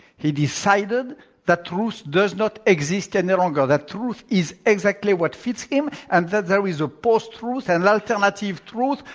he decided that truth does not exist and any longer, that truth is exactly what fits him and that there is a post-truth, and alternative truth,